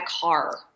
car